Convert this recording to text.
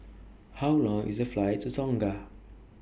How Long IS The Flight to Tonga